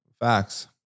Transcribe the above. Facts